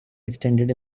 extended